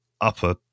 upper